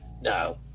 No